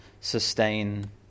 sustain